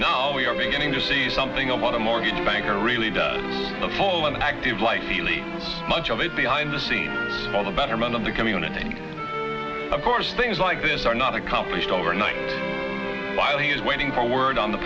now we are beginning to see something about a mortgage banker really does an active like feeling much of it behind the scenes on the betterment of the community and of course things like this are not accomplished overnight while he's waiting for word on the